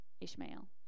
Ishmael